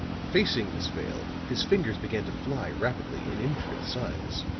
facing miss vale, his fingers began to fly rapidly in intricate signs.